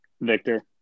Victor